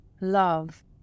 love